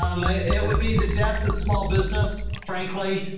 um ah it would be the death of small business, frankly.